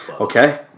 Okay